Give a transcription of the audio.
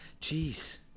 Jeez